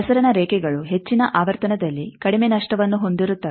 ಪ್ರಸರಣ ರೇಖೆಗಳು ಹೆಚ್ಚಿನ ಆವರ್ತನದಲ್ಲಿ ಕಡಿಮೆ ನಷ್ಟವನ್ನು ಹೊಂದಿರುತ್ತವೆ